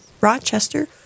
Rochester